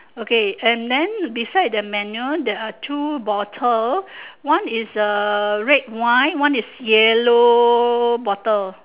okay and then beside the menu there are two bottle one is a red wine one is yellow bottle